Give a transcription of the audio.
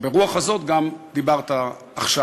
וברוח הזאת גם דיברת עכשיו.